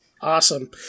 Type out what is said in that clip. Awesome